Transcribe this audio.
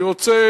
אני רוצה